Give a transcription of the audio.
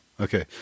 Okay